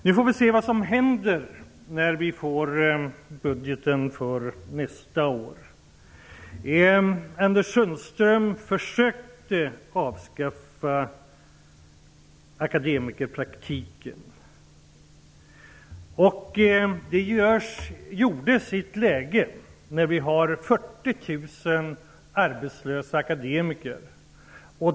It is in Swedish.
Nu får vi se vad som händer när budgetpropositionen för nästa år läggs fram. Anders Sundström har försökt att avskaffa akademikerpraktiken. Det har gjorts i ett läge när det finns 40 000 arbetslösa akademiker.